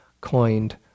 coined